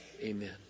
Amen